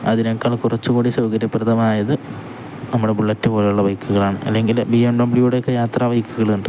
അതിനേക്കാൾ കുറച്ചുകൂടി സൗകര്യപ്രദമായത് നമ്മുടെ ബുള്ളറ്റ് പോലുള്ള ബൈക്കുകളാണ് അല്ലെങ്കിൽ ബി എം ഡബ്ലിയുടെയൊക്കെ യാത്ര ബൈക്കുകളുണ്ട്